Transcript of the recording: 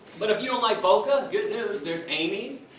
but, if you don't like boca. good news there's amy's,